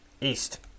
east